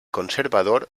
conservador